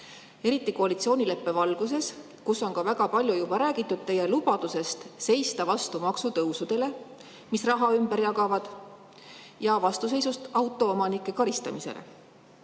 eriti koalitsioonileppe valguses, kus on ka väga palju juba räägitud teie lubadusest seista vastu maksutõusudele, mis raha ümber jagavad, ja vastuseisust autoomanike karistamisele.